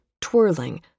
twirling